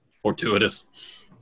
Fortuitous